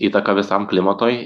įtaką visam klimatui